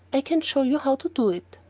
i can show you how to do it.